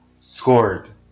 scored